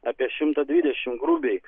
apie šimtą dvidešimt grubiai